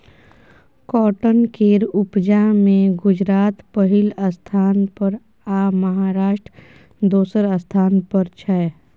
cotton केर उपजा मे गुजरात पहिल स्थान पर आ महाराष्ट्र दोसर स्थान पर छै